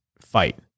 fight